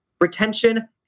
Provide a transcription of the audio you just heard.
retention